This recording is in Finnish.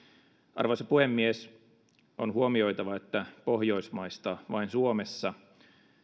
arvoisa puhemies on huomioitava että pohjoismaista vain suomessa